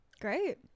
great